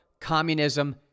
communism